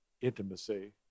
intimacy